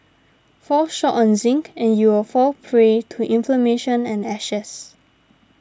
fall short on zinc and you'll fall prey to inflammation and ashes